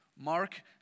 Mark